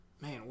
Man